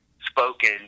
spoken